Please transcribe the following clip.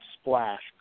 splash